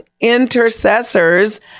intercessors